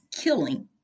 killing